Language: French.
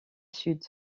sud